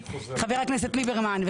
חבר הכנסת ליברמן,